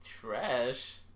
trash